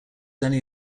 only